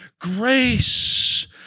grace